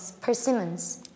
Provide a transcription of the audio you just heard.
persimmons